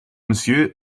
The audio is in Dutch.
monsieur